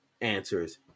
answers